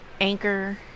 Anchor